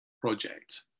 project